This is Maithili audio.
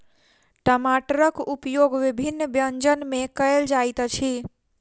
टमाटरक उपयोग विभिन्न व्यंजन मे कयल जाइत अछि